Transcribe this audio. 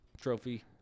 trophy